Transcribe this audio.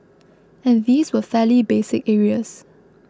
and these were fairly basic areas